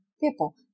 people